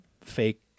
fake